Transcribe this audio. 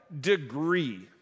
degree